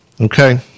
Okay